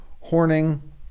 Horning